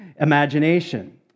imagination